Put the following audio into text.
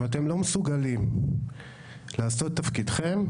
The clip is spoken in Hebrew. אם אתם לא מסוגלים לעשות תפקידכם,